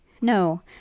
No